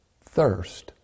thirst